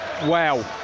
wow